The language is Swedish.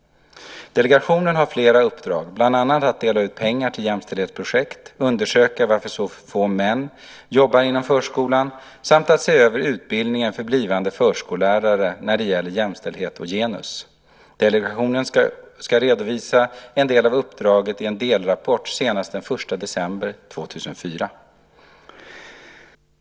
Delegationen har flera olika uppdrag, bland annat att dela ut pengar till jämställdhetsprojekt, undersöka varför så få män jobbar inom förskolan samt att se över utbildningen för blivande förskollärare när det gäller jämställdhet och genus. Delegationen ska redovisa en del av uppdraget i en delrapport senast den 1 december 2004.